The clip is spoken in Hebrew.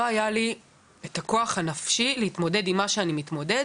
לא היה לי מספיק כוח נפשי ללמוד תוך כדי שאני מתמודד עם מה שאני מתמודד,